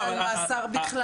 אבל ההבדל לא משמעותי.